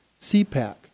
CPAC